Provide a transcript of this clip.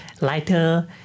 lighter